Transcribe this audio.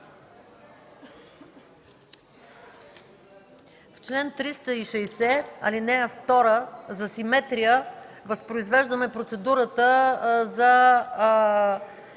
В чл. 360, ал. 2 за симетрия възпроизвеждаме процедурата за